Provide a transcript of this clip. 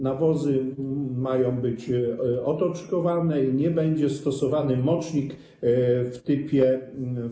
Nawozy mają być otoczkowane i nie będzie stosowany mocznik w typie A.